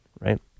Right